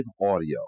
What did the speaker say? audio